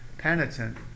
penitent